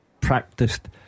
practiced